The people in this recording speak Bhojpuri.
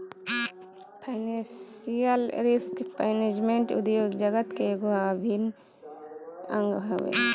फाइनेंशियल रिस्क मैनेजमेंट उद्योग जगत के एगो अभिन्न अंग हवे